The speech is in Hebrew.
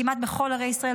כמעט בכל ערי ישראל,